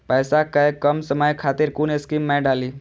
पैसा कै कम समय खातिर कुन स्कीम मैं डाली?